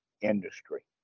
industry